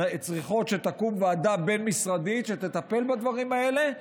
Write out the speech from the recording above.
צריכות שתקום ועדה בין-משרדית שתטפל בדברים האלה,